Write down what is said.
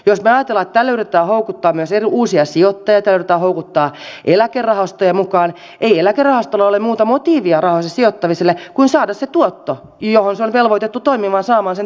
jos me ajattelemme että tällä yritetään houkuttaa myös uusia sijoittajia tällä yritetään houkuttaa eläkerahastoja mukaan niin ei eläkerahastolla ole muuta motiivia rahojensa sijoittamiselle kuin saada se tuotto koska se on velvoitettu toiminnallaan saamaan sen tietyn tuoton